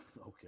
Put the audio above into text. Okay